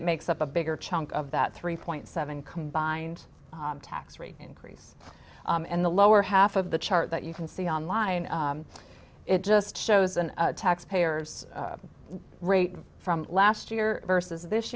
it makes up a bigger chunk of that three point seven combined tax rate increase and the lower half of the chart that you can see online it just shows an taxpayers rate from last year versus this